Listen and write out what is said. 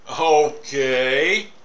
Okay